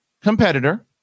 competitor